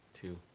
two